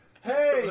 Hey